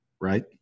right